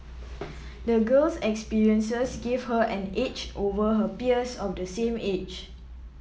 the girl's experiences gave her an edge over her peers of the same age